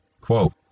quote